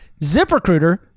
ZipRecruiter